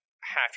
half